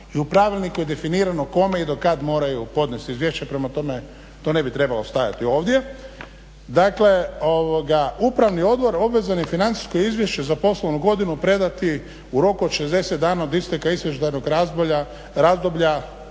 I u pravilniku je definirano kome i do kad moraju podnijeti izvješće. Prema tome, to ne bi trebalo stajati ovdje. Dakle, upravni odbor obvezan je Financijsko izvješće za poslovnu godinu predati u roku od 60 dana od isteka izvještajnog razdoblja,